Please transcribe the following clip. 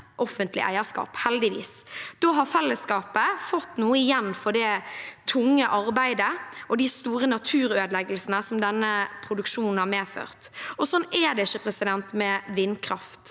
Da har fellesskapet fått noe igjen for det tunge arbeidet og de store naturødeleggelsene som denne produksjonen har medført. Sånn er det ikke med vindkraft.